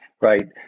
right